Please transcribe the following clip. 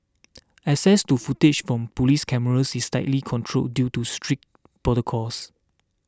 access to footage from police cameras is tightly controlled due to strict protocols